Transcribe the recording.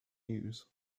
news